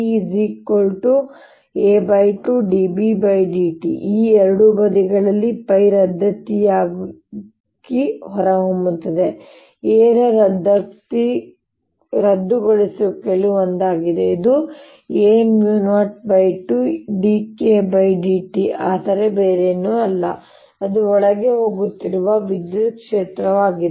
ಆದ್ದರಿಂದEa2dBdt E ಎರಡೂ ಬದಿಗಳಲ್ಲಿ π ರದ್ದತಿಯಾಗಿ ಹೊರಹೊಮ್ಮುತ್ತದೆ a ರ ರದ್ದುಗೊಳಿಸುವಿಕೆಗಳಲ್ಲಿ ಒಂದಾಗಿದೆ ಇದು a02dKdt ಆದರೆ ಬೇರೇನೂ ಅಲ್ಲ ಅದು ಒಳಗೆ ಹೋಗುತ್ತಿರುವ ವಿದ್ಯುತ್ ಕ್ಷೇತ್ರವಾಗಿದೆ